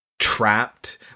trapped